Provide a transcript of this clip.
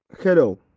Hello